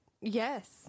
yes